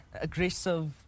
aggressive